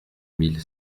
mille